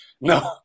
No